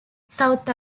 south